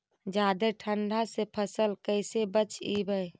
जादे ठंडा से फसल कैसे बचइबै?